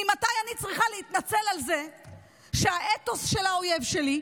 ממתי אני צריכה להתנצל על זה שהאתוס של האויב שלי,